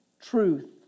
truth